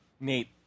Nate